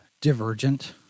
Divergent